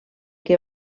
que